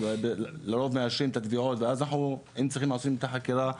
לרוב מאשרים את התביעות ואם צריך עושים את החקירה,